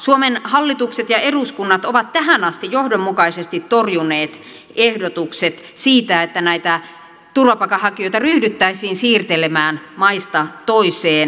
suomen hallitukset ja eduskunnat ovat tähän asti johdonmukaisesti torjuneet ehdotukset siitä että näitä turvapaikanhakijoita ryhdyttäisiin siirtelemään maasta toiseen